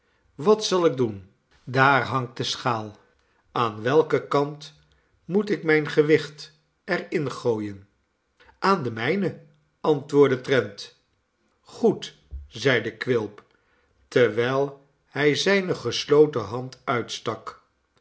wat zal ik doen daar hangt de schaal aan welken kant moet ik mijn gewicht er in gooien aan den mijnen antwoordde trent goed zeide quilp terwijl hij zijne gesloten hand uitstak